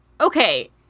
okay